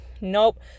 Nope